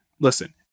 listen